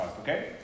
okay